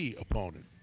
opponent